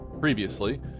previously